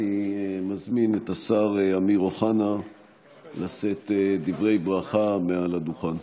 אני מזמין את השר אמיר אוחנה לשאת דברי ברכה מעל הדוכן.